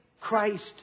Christ